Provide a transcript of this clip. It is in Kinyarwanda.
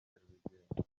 bukerarugendo